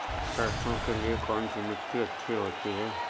सरसो के लिए कौन सी मिट्टी अच्छी होती है?